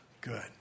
Good